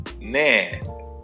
man